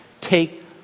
Take